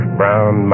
brown